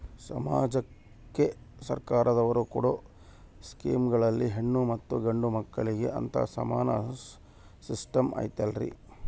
ಸಮಾಜಕ್ಕೆ ಸರ್ಕಾರದವರು ಕೊಡೊ ಸ್ಕೇಮುಗಳಲ್ಲಿ ಹೆಣ್ಣು ಮತ್ತಾ ಗಂಡು ಮಕ್ಕಳಿಗೆ ಅಂತಾ ಸಮಾನ ಸಿಸ್ಟಮ್ ಐತಲ್ರಿ?